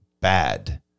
bad